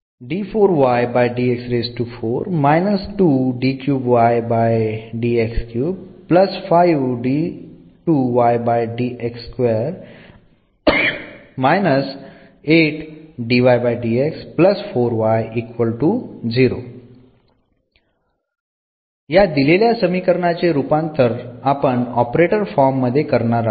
आता वर दिलेल्या समीकरणाचे रूपांतर आपण ऑपरेटर फॉर्म मध्ये करणार आहोत